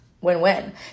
Win-win